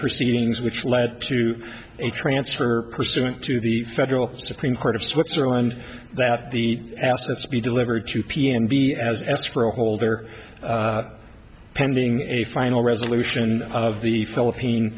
proceedings which led to a transfer pursuant to the federal supreme court of switzerland that the assets be delivered to p n be as escrow holder pending a final resolution of the philippine